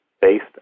based